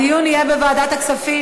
הדיון יהיה בוועדת הכספים,